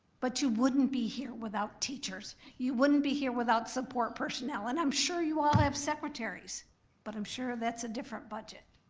but you wouldn't be here without teachers. you wouldn't be here without support personnel. and i'm sure you all have secretaries but i'm sure that's a different budget.